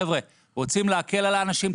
חבר'ה, רוצים להקל על האנשים?